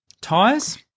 tires